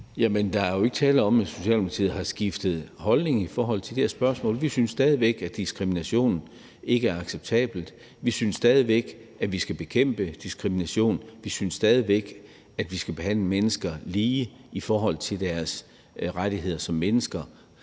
der er jo ikke tale om, at Socialdemokratiet har skiftet holdning i forhold til det her spørgsmål. Vi synes stadig væk, at diskrimination ikke er acceptabelt. Vi synes stadig væk, at vi skal bekæmpe diskrimination. Vi synes stadig væk, at vi skal behandle mennesker lige i forhold til deres rettigheder som mennesker.